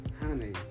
honey